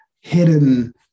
hidden